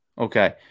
Okay